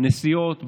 נסיעות בארץ,